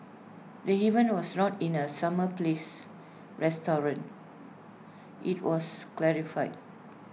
the event was not in the summer palace restaurant IT also clarified